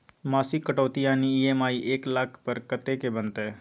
मासिक कटौती यानी ई.एम.आई एक लाख पर कत्ते के बनते?